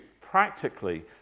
Practically